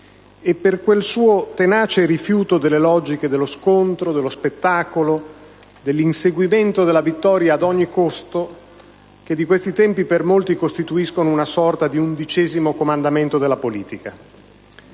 e per quel suo tenace rifiuto delle logiche dello scontro, dello spettacolo e dell'inseguimento della vittoria ad ogni costo, che di questi tempi per molti costituiscono una sorta di undicesimo comandamento della politica.